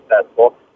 successful